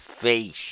face